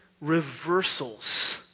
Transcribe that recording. reversals